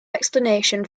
explanation